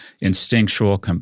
instinctual